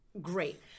Great